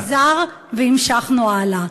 "הוא חזר" והמשכנו הלאה.